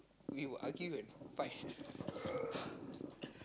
we will argue and fight